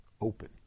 open